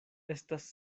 estas